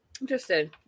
Interesting